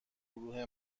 گروه